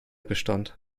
bestand